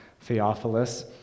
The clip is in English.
Theophilus